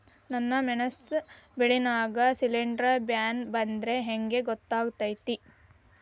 ನನ್ ಮೆಣಸ್ ಬೆಳಿ ನಾಗ ಶಿಲೇಂಧ್ರ ಬ್ಯಾನಿ ಬಂದ್ರ ಹೆಂಗ್ ಗೋತಾಗ್ತೆತಿ?